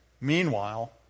meanwhile